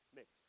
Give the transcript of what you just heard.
mix